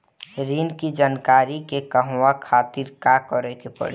ऋण की जानकारी के कहवा खातिर का करे के पड़ी?